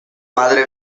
madre